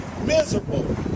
miserable